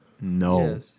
No